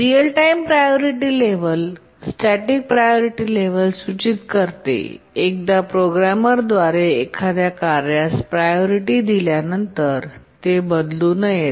real time priority level static priority level सूचित करते एकदा प्रोग्रामरद्वारे एखाद्या कार्यास प्रायोरिटी दिल्यानंतर ते बदलू नयेत